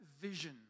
vision